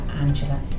angela